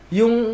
yung